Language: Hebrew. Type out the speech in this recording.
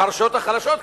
מהרשויות החלשות,